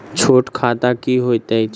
छोट खाता की होइत अछि